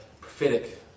prophetic